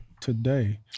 today